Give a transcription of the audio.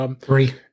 Three